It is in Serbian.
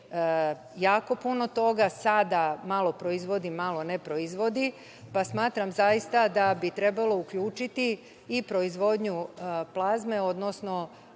jako puno toga, sada malo proizvodi, malo ne proizvodi, pa smatram zaista da bi trebalo uključiti i proizvodnju plazme, odnosno